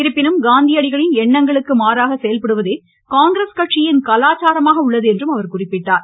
இருப்பினும் காந்தியடிகளின் எண்ணங்களுக்கு மாறாக செயல்படுவதே காங்கிரஸ் கட்சியின் கலாச்சாரமாக உள்ளது என்று குறிப்பிட்டார்